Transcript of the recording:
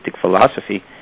philosophy